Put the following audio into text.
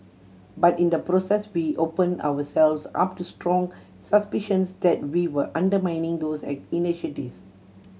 but in the process we open ourselves up to strong suspicions that we were undermining those I initiatives